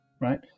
right